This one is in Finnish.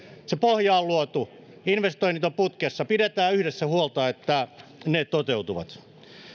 se pohja on luotu investoinnit ovat putkessa pidetään yhdessä huolta että ne toteutuvat